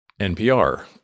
npr